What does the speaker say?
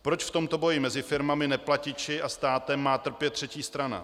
Proč v tomto boji mezi firmami, neplatiči a státem má trpět třetí strana?